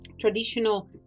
traditional